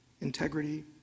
integrity